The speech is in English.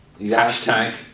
Hashtag